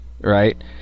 Right